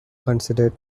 considered